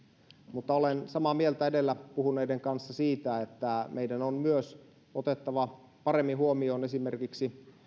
olen samaa mieltä edellä puhuneiden kanssa siitä että meidän on myös otettava paremmin huomioon esimerkiksi